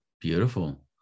Beautiful